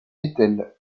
étel